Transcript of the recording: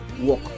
Walk